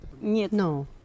No